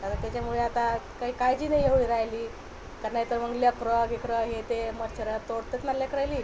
आता त्याच्यामुळे आता काही काळजी नाही एवढी राहिली तर नाही तर मग लेकरं बिकरं हे ते मच्छर तोडतात ना लेकरायली